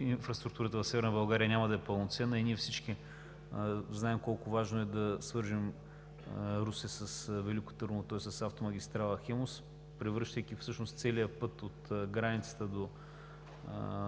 инфраструктурата в Северна България няма да е пълноценна. Всички знаем колко е важно да свържем Русе с Велико Търново, тоест с автомагистрала „Хемус“, превръщайки целия път – от границата